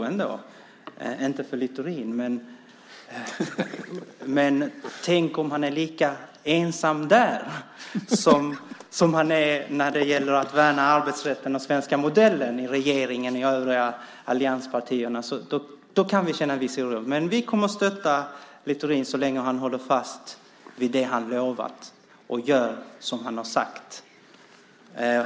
Vi är inte oroliga för Littorin, men tänk om han är lika ensam i regeringen och de övriga allianspartierna när det gäller detta som han är när det gäller att värna arbetsrätten och den svenska modellen! Då kan vi känna en viss oro, men vi kommer att stötta Littorin så länge han håller fast vid det han lovat och gör som han har sagt.